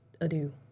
adieu